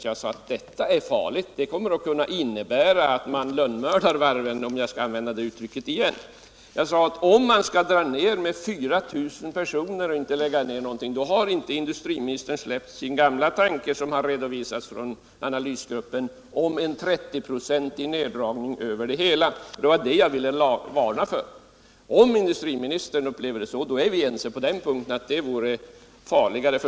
Jag sade att detta är farligt. Det kan innebära att man lönnmördar varven, om jag skall använda det uttrycket igen. Skall industriministern minska med 4 000 personer utan att lägga ned någonting, har han inte släppt sin gamla tanke, som redovisades av analysgruppen, om en 30-procentig neddragning över hela linjen. Det var detta jag ville varna för. Om industriministern upplever det så, är vi överens om att det vore farligare.